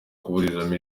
kuburizamo